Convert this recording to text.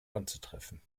anzutreffen